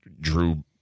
drew